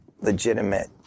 legitimate